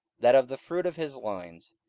that of the fruit of his loins,